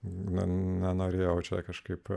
norėjau čia kažkaip